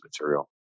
material